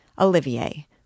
Olivier